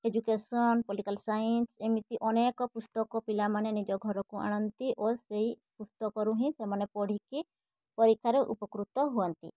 education political science ଏମିତି ଅନେକ ପୁସ୍ତକ ପିଲାମାନେ ନିଜ ଘରକୁ ଆଣନ୍ତି ଓ ସେହି ପୁସ୍ତକରୁ ହିଁ ସେମାନେ ପଢ଼ିକି ପରିକ୍ଷାରେ ଉପକୃତ ହୁଅନ୍ତି